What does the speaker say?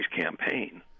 campaign